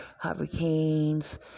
hurricanes